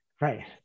right